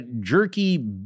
jerky